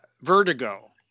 vertigo